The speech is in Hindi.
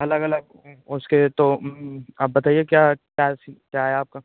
अलग अलग उसके तो आप बताइए क्या क्या क्या है आपका